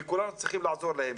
וכולנו צריכים לעזור להם.